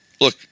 Look